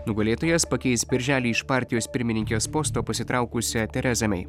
nugalėtojas pakeis birželį iš partijos pirmininkės posto pasitraukusią terezą mei